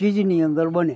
ચીજની અંદર બને